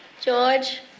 George